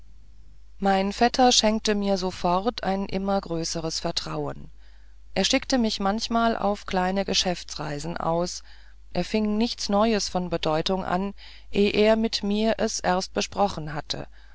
mein vetter schenkte mir sofort ein immer größeres vertrauen er schickte mich manchmal auf kleine geschäftsreisen aus er fing nichts neues von bedeutung an eh er mit mir es erst besprochen hatte